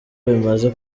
bimaze